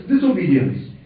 disobedience